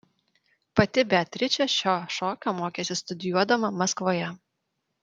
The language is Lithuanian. pati beatričė šio šokio mokėsi studijuodama maskvoje